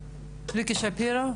בבקשה, ריקי שפירא.